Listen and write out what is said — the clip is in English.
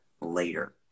later